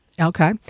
Okay